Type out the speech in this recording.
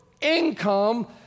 income